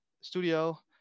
studio